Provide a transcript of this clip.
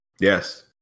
yes